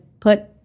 put